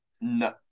No